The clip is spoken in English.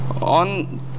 on